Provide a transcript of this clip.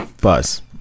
Buzz